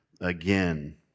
again